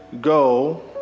go